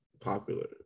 popular